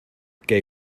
que